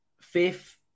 fifth